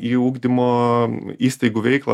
į ugdymo įstaigų veiklą